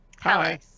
Hi